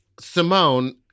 Simone